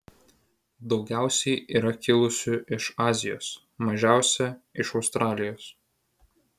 daugiausiai yra kilusių iš azijos mažiausia iš australijos